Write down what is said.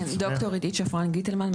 ד"ר עידית שפרן גיטלמן,